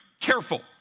careful